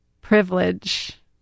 privilege